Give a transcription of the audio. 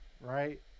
right